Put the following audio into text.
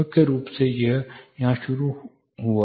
मुख्य रूप से यह वहां शुरू हुआ